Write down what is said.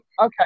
Okay